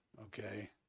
okay